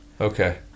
Okay